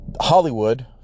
Hollywood